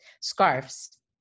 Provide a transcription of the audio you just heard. Scarves